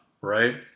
right